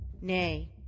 nay